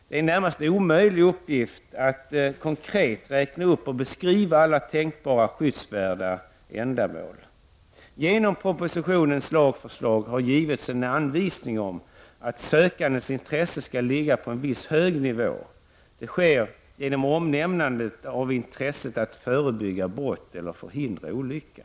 Det är en närmast omöjlig uppgift att konkret räkna upp och beskriva alla tänkbara skyddsvärda ändamål. Genom propositionens lagförslag har givits en anvisning om att sökandes intresse skall ligga på en viss hög nivå. Det sker genom omnämnandet av intresset att förebygga brott eller förhindra olycka.